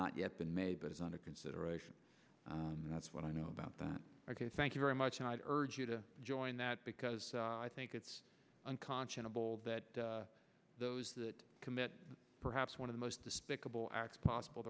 not yet been made but is under consideration that's what i know about that ok thank you very much an urge you to join that because i think it's unconscionable that those that commit perhaps one of the most despicable acts possible